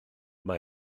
mae